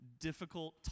difficult